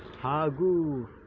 ಹಾಗೂ